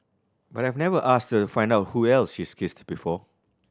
but I've never asked her find out who else she's kissed before